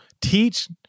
teach